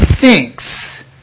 thinks